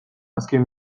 azken